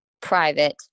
private